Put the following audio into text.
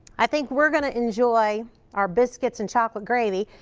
i think we're going to enjoy our biscuits and chocolate gravy.